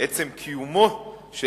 עצם קיומו של